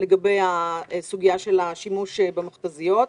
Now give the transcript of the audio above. לגבי סוגיית השימוש במכת"זיות.